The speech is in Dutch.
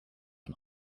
een